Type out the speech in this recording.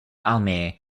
armée